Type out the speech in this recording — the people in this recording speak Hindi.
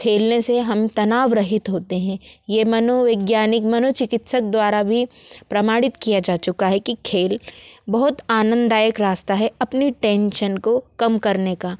खेलने से हम तनाव रहित होते हें ये मनोवैज्ञानिक मनोचिकित्सक द्वारा भी प्रमाणित किया जा चुका हे कि खेल बहुत आनंदायक रास्ता है अपनी टेंशन को कम करने का